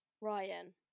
Ryan